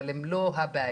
אבל הם לא הבעיה,